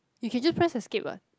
you can just press a skip what